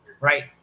right